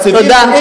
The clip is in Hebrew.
תודה.